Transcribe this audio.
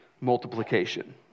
multiplication